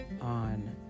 on